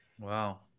Wow